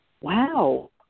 Wow